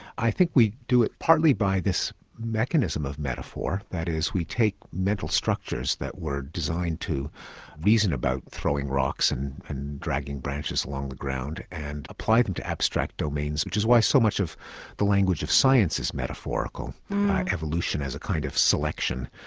i think we do it partly by this mechanism of metaphor, that is we take mental structures that were designed to reason about throwing rocks and and dragging branches along the ground and apply them to abstract domains, which is why so much of the language of science is metaphorical evolution as a kind of selection,